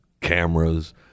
cameras